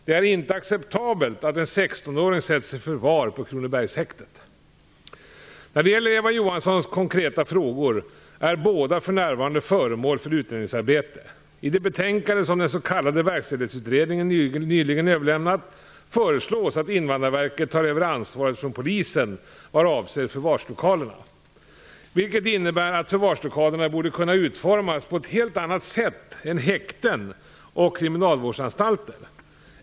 Det är inte acceptabelt att en 16-åring sätts i förvar på När det gäller Eva Johanssons konkreta frågor vill jag säga att båda för närvarande är föremål för utredningsarbete. I det betänkande som den s.k. verkställighetsutredningen nyligen överlämnat föreslås att Invandrarverket tar över ansvaret från polisen vad avser förvarslokalerna. Det innebär att förvarslokalerna borde kunna utformas på ett helt annat sätt än häkten och kriminalvårdsanstalter.